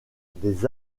des